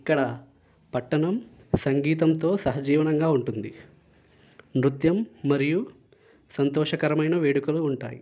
ఇక్కడ పట్టణం సంగీతంతో సహజీవనంగా ఉంటుంది నృత్యం మరియు సంతోషకరమైన వేడుకలు ఉంటాయి